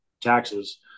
taxes